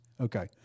Okay